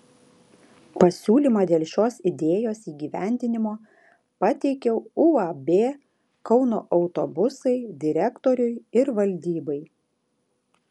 pasiūlymą dėl šios idėjos įgyvendinimo pateikiau uab kauno autobusai direktoriui ir valdybai